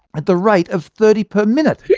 at the rate of thirty per minute. yeah